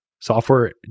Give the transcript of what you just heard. software